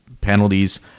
penalties